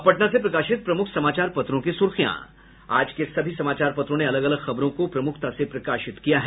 अब पटना से प्रकाशित प्रमुख समाचार पत्रों की सुर्खियां आज के सभी समाचार पत्रों ने अलग अलग खबरों को प्रमुखता से प्रकाशित किया है